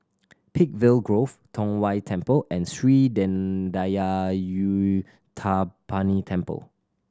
Peakville Grove Tong Whye Temple and Sri Thendayuthapani Temple